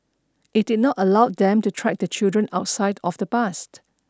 it did not allow them to track the children outside of the bus